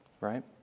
Right